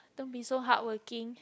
don't be so hardworking